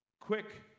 quick